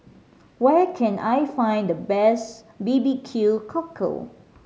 where can I find the best B B Q Cockle